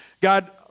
God